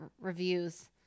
reviews